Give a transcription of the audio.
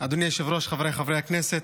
אדוני היושב-ראש, חבריי חברי הכנסת,